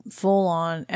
full-on